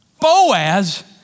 Boaz